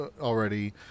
already